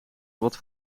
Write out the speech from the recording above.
wordt